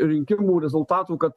rinkimų rezultatų kad